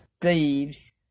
thieves